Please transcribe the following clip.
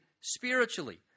spiritually